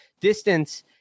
distance